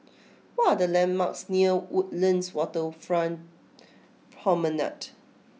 what are the landmarks near Woodlands Waterfront Promenade